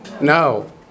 No